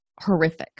horrific